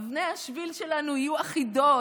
אבני השביל שלנו יהיו אחידות,